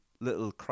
little